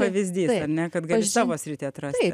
pavyzdys ar ne kad gali savo sritį atrasti